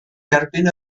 derbyn